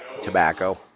Tobacco